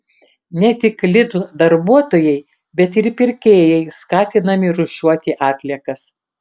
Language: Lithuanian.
ne tik lidl darbuotojai bet ir pirkėjai skatinami rūšiuoti atliekas